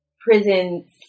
prisons